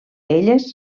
elles